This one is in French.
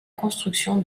construction